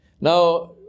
Now